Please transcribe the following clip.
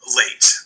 late